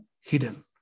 hidden